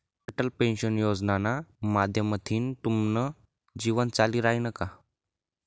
Atal pension योजनाना माध्यमथीन तुमनं जीवन चाली रायनं का?